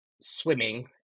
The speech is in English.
swimming